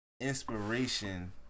inspiration